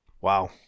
Wow